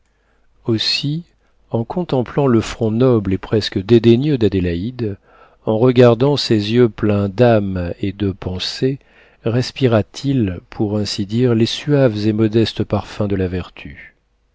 aussi en contemplant le front noble et presque dédaigneux d'adélaïde en regardant ses yeux pleins d'âme et de pensées respira t il pour ainsi dire les suaves et modestes parfums de la vertu